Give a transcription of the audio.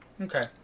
okay